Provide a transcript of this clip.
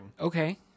Okay